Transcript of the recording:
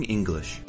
English